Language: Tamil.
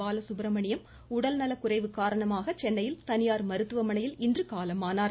பாலசுப்ரமணியம் உடல்நலக்குறைவு காரணமாக சென்னையில் தனியார் மருத்துவமனையில் இன்று காலமானார்